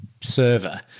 server